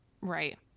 Right